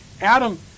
Adam